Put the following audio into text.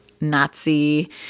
Nazi